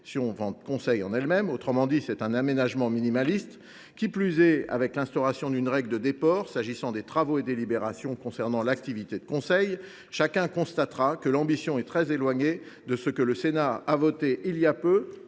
vente conseil en elle même. Autrement dit, c’est un aménagement minimaliste, qui plus est avec l’instauration d’une règle de déport s’agissant des travaux et délibérations concernant l’activité de conseil. Chacun le constatera, l’ambition est très éloignée de ce que le Sénat a voté il y a peu